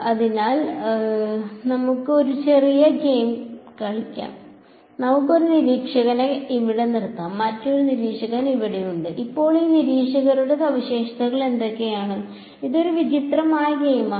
അതിനാൽ നമുക്ക് ഒരു ചെറിയ ഗെയിം കളിക്കാം നമുക്ക് ഒരു നിരീക്ഷകനെ ഇവിടെ നിർത്താം മറ്റൊരു നിരീക്ഷകൻ ഇവിടെയുണ്ട് ഇപ്പോൾ ഈ നിരീക്ഷകരുടെ സവിശേഷതകൾ എന്തൊക്കെയാണ് ഇത് ഒരു വിചിത്രമായ ഗെയിമാണ്